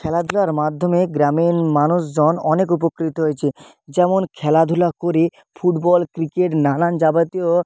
খেলাধুলার মাধ্যমে গ্রামীণ মানুষজন অনেক উপকৃত হয়েছে যেমন খেলাধুলা করে ফুটবল ক্রিকেট নানান যাবতীয়